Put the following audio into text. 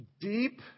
deep